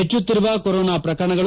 ಹೆಚ್ಚುತ್ತಿರುವ ಕೊರೋನಾ ಪ್ರಕರಣಗಳು